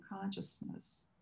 consciousness